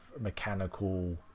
mechanical